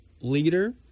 leader